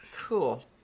Cool